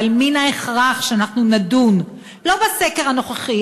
אבל מן ההכרח שאנחנו נדון לא בסקר הנוכחי,